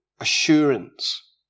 assurance